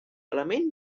element